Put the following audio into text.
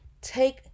take